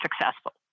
successful